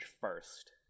first